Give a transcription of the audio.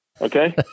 Okay